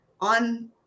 on